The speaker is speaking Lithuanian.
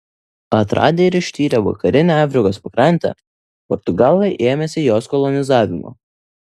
atradę ir ištyrę vakarinę afrikos pakrantę portugalai ėmėsi jos kolonizavimo